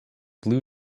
blue